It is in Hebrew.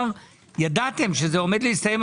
ידעתם שזה עומד להסתיים.